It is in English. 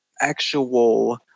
actual